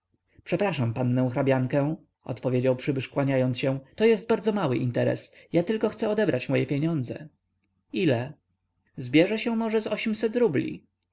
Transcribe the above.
przepraszam pannę hrabiankę odpowiedział przybysz kłaniając się to jest bardzo mały interes ja tylko chcę odebrać moje pieniądze ile zbierze się może z ośmset rubli